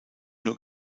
nur